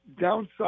downside